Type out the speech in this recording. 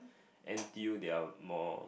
N_T_U they are more